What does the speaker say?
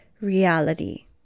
reality